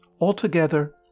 Altogether